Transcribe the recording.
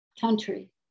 Country